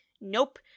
Nope